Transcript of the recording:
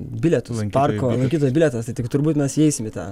bilietus parko lankytojo bilietas tai tik turbūt mes įeisim į tą